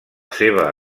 seva